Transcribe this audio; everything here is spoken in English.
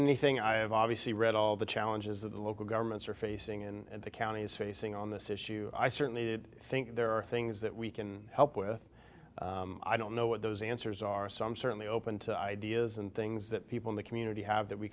anything i have obviously read all the challenges of the local governments are facing and the county is facing on this issue i certainly think there are things that we can help with i don't know what those answers are so i'm certainly open to ideas and things that people in the community have that we